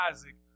Isaac